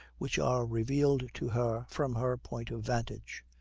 which are revealed to her from her point of vantage.